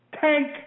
Tank